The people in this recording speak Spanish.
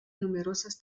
numerosas